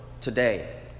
today